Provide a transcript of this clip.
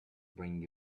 bring